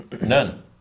None